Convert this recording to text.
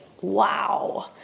Wow